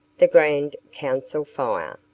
the grand council fire.